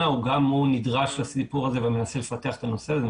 גם הוא נדרש לסיפור הזה ומנסה לפתח את הנושא הזה.